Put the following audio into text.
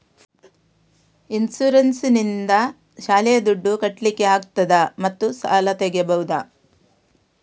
Insurance ನಿಂದ ಶಾಲೆಯ ದುಡ್ದು ಕಟ್ಲಿಕ್ಕೆ ಆಗ್ತದಾ ಮತ್ತು ಸಾಲ ತೆಗಿಬಹುದಾ?